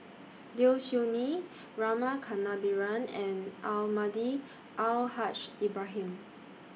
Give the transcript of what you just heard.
Low Siew Nghee Rama Kannabiran and Almahdi Al Haj Ibrahim